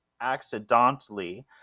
accidentally